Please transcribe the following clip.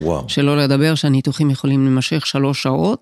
וואו. שלא לדבר שהניתוחים יכולים להימשך שלוש שעות,